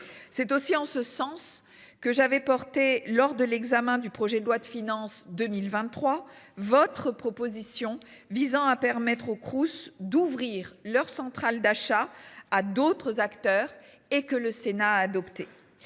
C'est aussi en ce sens que j'avais porté lors de l'examen du projet de loi de finances 2023. Votre proposition visant à permettre au Crous d'ouvrir leurs centrales d'achat à d'autres acteurs et que le Sénat a adopté